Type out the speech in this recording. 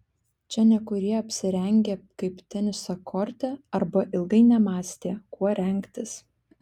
čia nekurie apsirengę kaip teniso korte arba ilgai nemąstė kuo rengtis